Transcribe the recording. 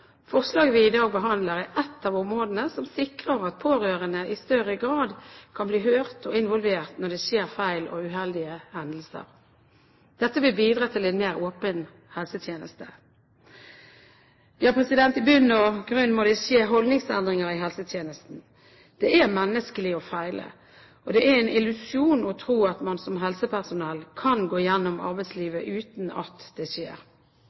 Forslaget vi i dag behandler, gjelder ett av områdene som sikrer at pårørende i større grad kan bli hørt og involvert når det skjer feil og uheldige hendelser. Dette vil bidra til en mer åpen helsetjeneste. I bunn og grunn må det skje holdningsendringer i helsetjenesten. Det er menneskelig å feile. Det er en illusjon å tro at man som helsepersonell kan gå gjennom arbeidslivet uten at det skjer.